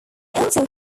also